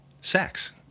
sex